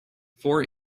four